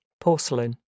porcelain